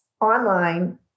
online